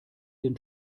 den